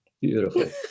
Beautiful